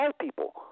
People